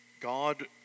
God